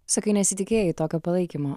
sakai nesitikėjai tokio palaikymo